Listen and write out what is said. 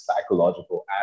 psychological